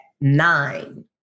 nine